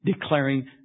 Declaring